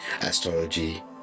astrology